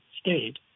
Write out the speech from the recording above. state